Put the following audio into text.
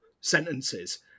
sentences